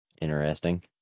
interesting